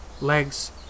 Legs